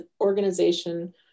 organization